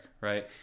right